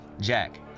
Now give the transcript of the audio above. Jack